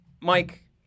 Mike